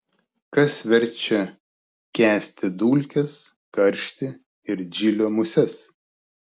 kas verčia kęsti dulkes karštį ir džilio muses